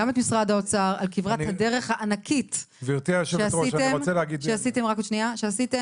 גם את משרד האוצר על כברת הדרך הענקית שעשיתם גם בדיונים,